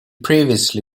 previously